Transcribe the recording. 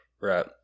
right